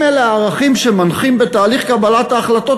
אם אלה הערכים שמנחים בתהליך קבלת ההחלטות,